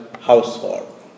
household